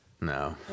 No